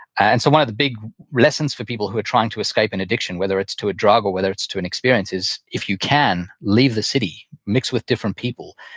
and so one of the big lessons for people who are trying to escape an addiction, whether it's to a drug or whether it's to ab experience, is if you can, leave the city. mix with different people.